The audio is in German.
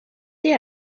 ihr